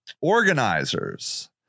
organizers